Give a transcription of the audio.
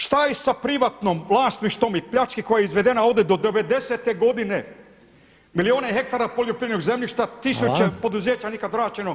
Šta je sa privatnim vlasništvom i pljačkom koja je izvedena ovdje do devedesete godine, milijune hektara poljoprivrednog zemljišta, tisuće poduzeća nikada vraćeno itd.